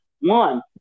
One